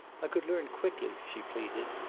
i could learn quickly, she pleaded,